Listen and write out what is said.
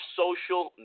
social